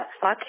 fuck